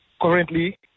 currently